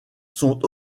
sont